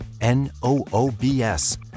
n-o-o-b-s